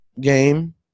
game